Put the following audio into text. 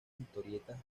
historietas